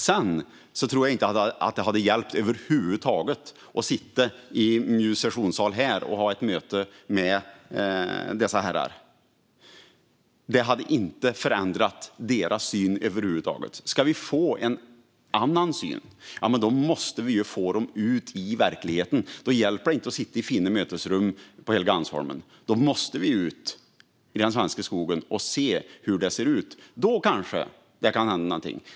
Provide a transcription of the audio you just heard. Jag tror dock inte att det hade hjälpt alls att sitta i MJU:s sessionssal här och ha ett möte med dessa herrar. Det hade inte förändrat deras syn över huvud taget. Om de ska få en annan syn måste vi få dem ut i verkligheten. Det hjälper inte att sitta i fina mötesrum på Helgeandsholmen, utan de måste ut i den svenska skogen och se hur det ser ut. Då kan det kanske hända något.